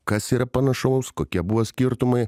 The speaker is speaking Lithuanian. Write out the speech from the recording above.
kas yra panašaus kokie buvo skirtumai